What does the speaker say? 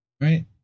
Right